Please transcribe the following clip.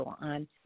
on